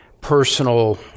personal